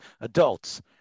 adults